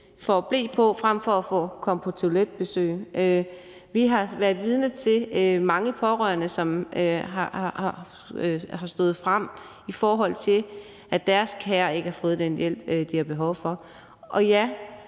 får ble på, frem for at få komme på toiletbesøg. Vi har været vidne til mange pårørende, som er stået frem, fordi deres kære ikke har fået den hjælp, de havde behov for. Og ja,